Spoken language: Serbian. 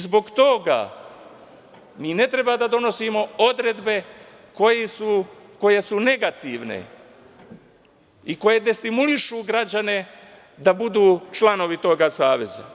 Zbog toga mi ne treba da donosimo odredbe koje su negativne i koje destimulišu građane da budu članovi toga saveza.